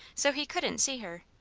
so he couldn't see her.